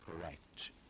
correct